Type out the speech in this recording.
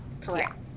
correct